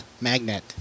magnet